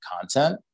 content